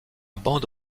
bande